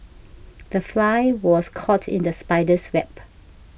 the fly was caught in the spider's web